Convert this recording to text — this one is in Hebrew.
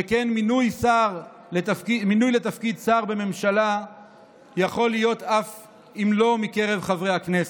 שכן מינוי לתפקיד שר בממשלה יכול להיות אף לא מקרב חברי הכנסת.